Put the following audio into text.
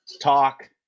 talk